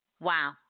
Wow